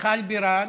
מיכל בירן,